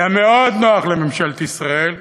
היה מאוד נוח לממשלת ישראל,